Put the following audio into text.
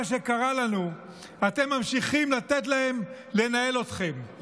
שקרה לנו אתם ממשיכים לתת להם לנהל אתכם,